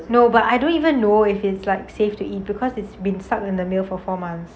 no but I don't even know if it's like safe to eat because it's been stucked in the mail for four months